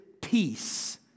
peace